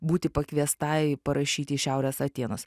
būti pakviestai parašyti į šiaurės atėnus